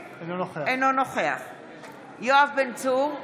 אינו נוכח יואב בן צור,